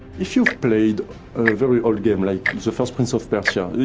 if you've played a very old game, like the first prince of persia,